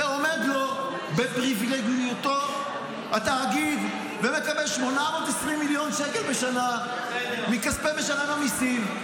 ועומד לו בפריבילגיותו התאגיד ומקבל 820 שקל בשנה מכספי משלם המיסים.